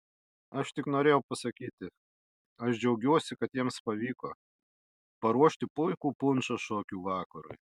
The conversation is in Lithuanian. aš tik norėjau pasakyti aš džiaugiuosi kad jiems pavyko paruošti puikų punšą šokių vakarui